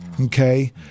Okay